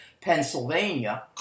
Pennsylvania